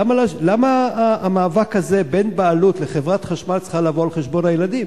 למה המאבק הזה בין הבעלות לחברת חשמל צריכה לבוא על חשבון הילדים?